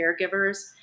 caregivers